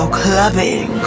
clubbing